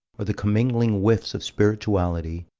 or the commingling whiffs of spirituality,